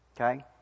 Okay